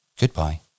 Goodbye